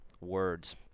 Words